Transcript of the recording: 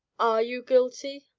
are you guilty?